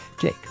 Jake